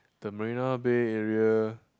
the Marina Bay area